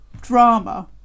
drama